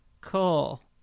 Cool